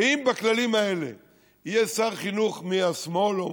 ואם בכללים האלה יהיה שר החינוך מהשמאל או